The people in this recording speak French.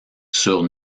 sur